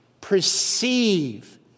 perceive